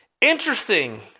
Interesting